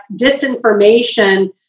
disinformation